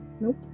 Nope